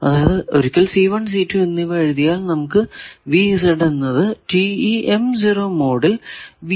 അതായതു ഒരിക്കൽ എന്നിവ എഴുതിയാൽ നമുക്ക് എന്നത് മോഡിൽ എഴുതാം